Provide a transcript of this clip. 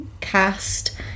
cast